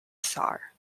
tsar